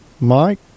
Mike